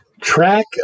Track